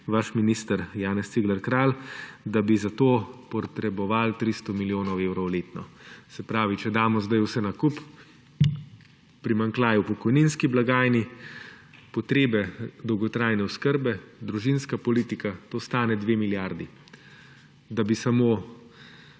vaš minister Janez Cigler Kralj, da bi za to potreboval 300 milijonov evrov letno. Se pravi, če damo zdaj vse na kup, primanjkljaj v pokojninski blagajni, potrebe dolgotrajne oskrbe, družinska politika, to stane 2 milijardi, da bi samo